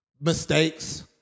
mistakes